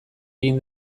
egin